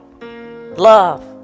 love